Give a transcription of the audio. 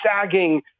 sagging